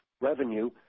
Revenue